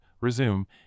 resume